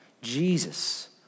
Jesus